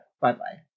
Bye-bye